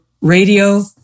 radio